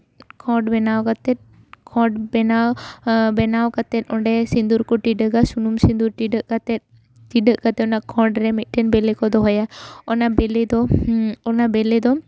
ᱠᱷᱚᱸᱰ ᱵᱮᱱᱟᱣ ᱠᱟᱛᱮ ᱠᱷᱚᱸᱰ ᱵᱮᱱᱟᱣ ᱵᱮᱱᱟᱣ ᱠᱟᱛᱮ ᱚᱸᱰᱮ ᱥᱤᱸᱫᱩᱨ ᱠᱚ ᱴᱤᱰᱟᱹᱜᱟ ᱥᱩᱱᱩᱢ ᱥᱤᱢᱫᱩᱨ ᱴᱤᱰᱟᱹᱜ ᱠᱟᱛᱮ ᱴᱤᱹᱰᱟᱹᱜ ᱠᱟᱛᱮ ᱚᱸᱰᱮ ᱠᱷᱚᱸᱰ ᱨᱮ ᱢᱤᱫᱴᱮᱱ ᱵᱮᱞᱮ ᱠᱚ ᱫᱚᱦᱚᱭᱟ ᱚᱱᱟ ᱵᱮᱞᱮ ᱫᱚ ᱚᱱᱟ ᱵᱮᱞᱮ ᱫᱚ